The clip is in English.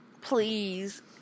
Please